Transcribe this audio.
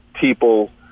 people